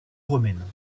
romaine